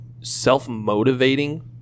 self-motivating